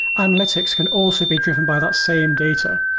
analytics can also be driven by that same data.